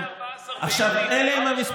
מ-14 ביוני עד 21 בדצמבר, אלה המספרים: